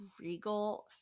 regal